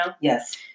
Yes